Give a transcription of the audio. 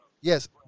yes